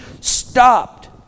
stopped